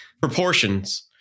Proportions